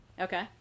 Okay